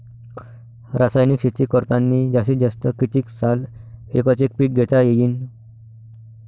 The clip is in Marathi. रासायनिक शेती करतांनी जास्तीत जास्त कितीक साल एकच एक पीक घेता येईन?